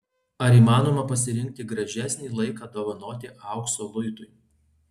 ar įmanoma pasirinkti gražesnį laiką dovanoti aukso luitui